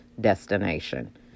destination